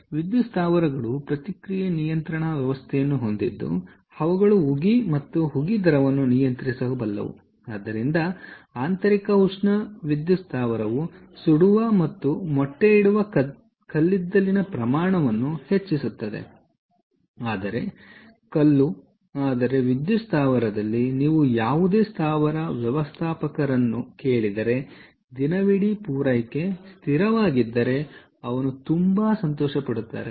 ವಿದ್ಯುತ್ ಸ್ಥಾವರಗಳು ಪ್ರತಿಕ್ರಿಯೆ ನಿಯಂತ್ರಣ ವ್ಯವಸ್ಥೆಯನ್ನು ಹೊಂದಿದ್ದು ಅವುಗಳು ಉಗಿ ಮತ್ತು ಉಗಿ ದರವನ್ನು ನಿಯಂತ್ರಿಸಬಲ್ಲವು ಆದ್ದರಿಂದ ಆಂತರಿಕ ಉಷ್ಣ ವಿದ್ಯುತ್ ಸ್ಥಾವರವು ಸುಡುವ ಮತ್ತು ಸ್ಪಾನ್ ಕಲ್ಲಿದ್ದಲಿನ ಪ್ರಮಾಣವನ್ನು ಹೆಚ್ಚಿಸುತ್ತದೆ ಆದರೆ ಕಲ್ಲು ಆದರೆ ವಿದ್ಯುತ್ ಸ್ಥಾವರದಲ್ಲಿ ನೀವು ಯಾವುದೇ ಸ್ಥಾವರ ವ್ಯವಸ್ಥಾಪಕರನ್ನು ಕೇಳಿದರೆ ದಿನವಿಡೀ ಪೂರೈಕೆ ಸ್ಥಿರವಾಗಿದ್ದರೆ ಅವನು ತುಂಬಾ ಸಂತೋಷಪಡುತ್ತಾನೆ